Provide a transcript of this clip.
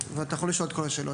ואתה יכול לשאול את כל השאלות.